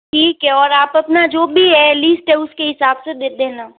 ठीक है और आप अपना जो भी है लिस्ट है उसके हिसाब से दे देना